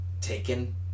taken